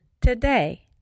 today